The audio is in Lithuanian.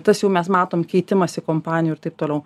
tas jau mes matom keitimąsi kompanijų ir taip toliau